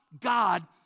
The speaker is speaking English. God